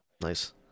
nice